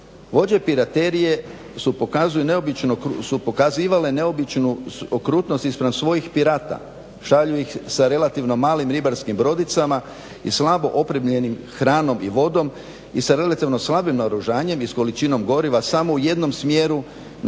Vođe piraterije su pokazali neobičnu okrutnost i spram svojih pirata. Šalju ih sa relativno malim ribarskim brodicama i slabo opremljenim hranom i vodom i sa relativno slabim naoružanjem i s količinom goriva samo u jednom smjeru na